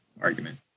argument